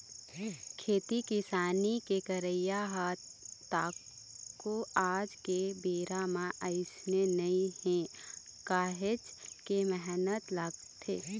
खेती किसानी के करई ह तको आज के बेरा म अइसने नइ हे काहेच के मेहनत लगथे